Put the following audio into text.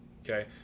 okay